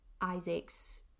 Isaac's